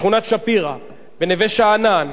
בשכונת-שפירא, בנווה-שאנן,